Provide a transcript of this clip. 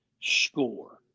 score